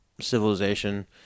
civilization